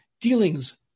dealings